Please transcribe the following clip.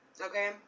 Okay